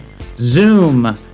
Zoom